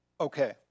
Okay